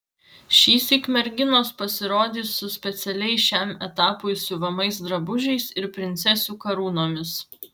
šįsyk merginos pasirodys su specialiai šiam etapui siuvamais drabužiais ir princesių karūnomis